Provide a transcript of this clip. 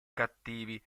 cattivi